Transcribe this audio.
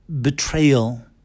betrayal